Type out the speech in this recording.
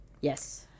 Yes